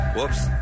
Whoops